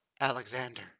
Alexander